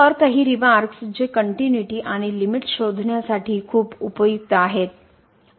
तर काही रीमार्क्स जे कनट्युनिटी आणि लिमिट शोधण्यासाठी खूप उपयुक्त आहेत